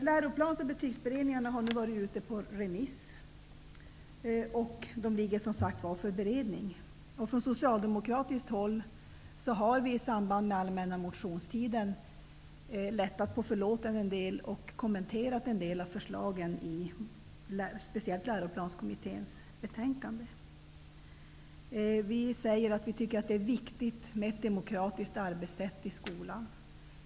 Läroplans och betygsberedningarna har nu varit ute på remiss, och de ligger som sagt var för beredning. Vi socialdemokrater har i samband med allmänna motionstiden lättat på förlåten en del och kommenterat en del av förslagen i speciellt Vi tycker att det är viktigt med ett demokratiskt arbetssätt i skolan.